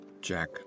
Jack